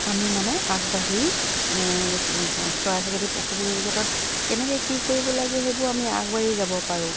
আমি মানে আগবাঢ়ি চৰাই চিৰিকতি পশু পখী ক্ষেত্ৰত কেনেকৈ কি কৰিব লাগে সেইবোৰ আমি আগবাঢ়ি যাব পাৰো